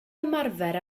ymarfer